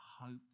hope